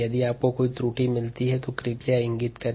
यदि आपको कोई त्रुटि मिलती है तो कृपया इसे इंगित करें